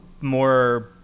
more